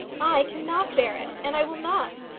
i cannot bear it, and i will not.